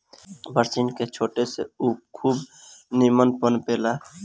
बरसिंग के छाटे से उ खूब निमन पनपे ला